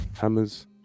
hammers